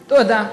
תודה.